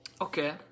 Okay